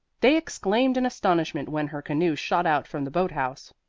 they exclaimed in astonishment when her canoe shot out from the boat-house.